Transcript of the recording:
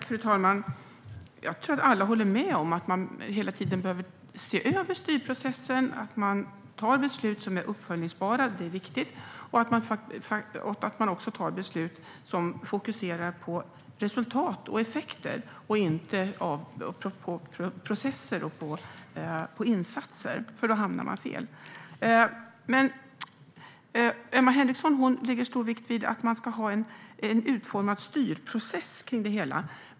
Fru talman! Jag tror att alla håller med om att man hela tiden behöver se över styrprocessen, att man fattar beslut som går att följa upp och att man fattar beslut som fokuserar på resultat och effekter snarare än på processer och insatser. Annars hamnar man fel. Emma Henriksson lägger stor vikt vid att man ska ha en utformad styrprocess.